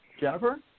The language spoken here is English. Jennifer